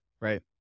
right